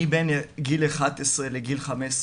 אני בין גיל 11 לגיל 15,